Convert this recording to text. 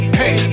hey